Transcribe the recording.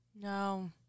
No